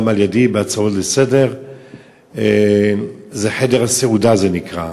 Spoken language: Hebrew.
גם על-ידי, בהצעות לסדר-היום, חדר הסעודה זה נקרא,